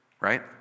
right